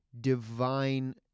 divine